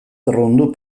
roundup